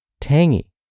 tangy